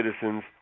citizens